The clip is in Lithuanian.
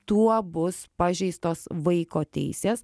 tuo bus pažeistos vaiko teisės